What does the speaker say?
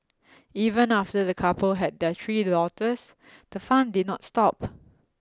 even after the couple had their three daughters the fun did not stop